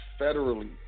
federally